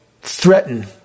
threaten